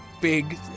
big